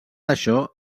això